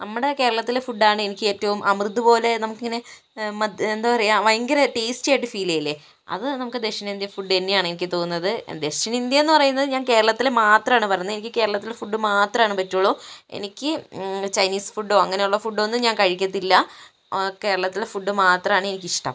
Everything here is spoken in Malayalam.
നമ്മടെ കേരളത്തിലെ ഫുഡ്ഡാണ് എനിക്ക് ഏറ്റവും അമൃത് പോലെ നമുക്കിങ്ങനെ മധ്യ എന്താ പറയുക ഭയങ്കര ടേസ്റ്റി ആയിട്ട് ഫീൽ ചെയ്യില്ലെ അത് നമുക്ക് ദക്ഷിണേന്ത്യൻ ഫുഡ്ഡ് തന്നെയാണ് എനിക്ക് തോന്നുന്നത് ദക്ഷിണേന്ത്യയെന്ന് പറയുന്നത് ഞാൻ കേരളത്തിലെ മാത്രമാണ് പറയുന്നത് എനിക്ക് കേരളത്തിലെ ഫുഡ്ഡ് മാത്രമാണ് പറ്റുകയുള്ളൂ എനിക്ക് ചൈനീസ് ഫുഡ്ഡോ അങ്ങനെയുള്ള ഫുഡൊന്നും ഞാൻ കഴിക്കത്തില്ല കേരളത്തിലെ ഫുഡ് മാത്രമാണ് എനിക്കിഷ്ടം